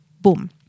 Boom